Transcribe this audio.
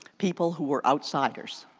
people who were outsideers.